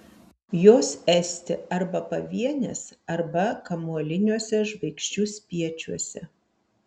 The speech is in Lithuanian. jos esti arba pavienės arba kamuoliniuose žvaigždžių spiečiuose